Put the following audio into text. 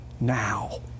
now